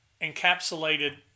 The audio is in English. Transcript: encapsulated